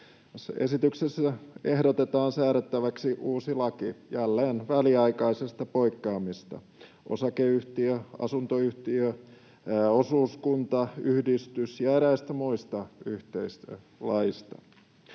esityksessä ehdotetaan säädettäväksi uusi laki jälleen väliaikaisista poikkeamista osakeyhtiö-, asuntoyhtiö-, osuuskunta-, yhdistys- ja eräistä muista yhteisölaeista.